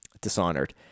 Dishonored